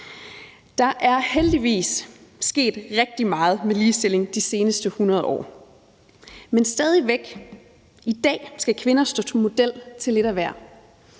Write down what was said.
Der er heldigvis sket rigtig meget med ligestilling de seneste 100 år. Men stadig væk i dag skal kvinder stå model til lidt af hvert.